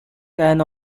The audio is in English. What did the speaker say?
can